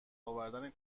آوردن